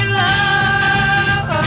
love